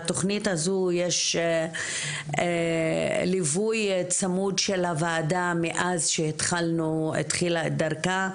התכנית הזו יש ליווי צמוד של הוועדה מאז שהתחילה את דרכה.